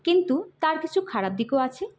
কিন্তু তার কিছু খারাপ দিকও আছে